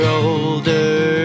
older